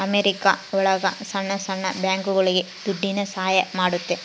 America ಒಳಗ ಸಣ್ಣ ಸಣ್ಣ ಬ್ಯಾಂಕ್ಗಳುಗೆ ದುಡ್ಡಿನ ಸಹಾಯ ಮಾಡುತ್ತೆ